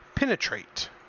penetrate